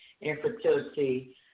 infertility